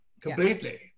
Completely